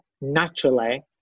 naturally